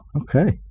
okay